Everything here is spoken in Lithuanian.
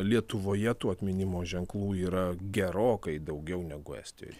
lietuvoje tų atminimo ženklų yra gerokai daugiau negu estijoj